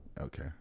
Okay